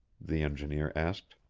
the engineer asked.